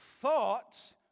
thought